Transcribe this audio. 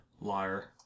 Liar